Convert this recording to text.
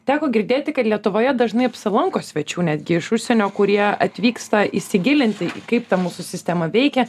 teko girdėti kad lietuvoje dažnai apsilanko svečių netgi iš užsienio kurie atvyksta įsigilinti kaip ta mūsų sistema veikia